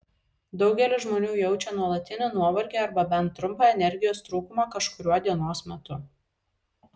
daugelis žmonių jaučia nuolatinį nuovargį arba bent trumpą energijos trūkumą kažkuriuo dienos metu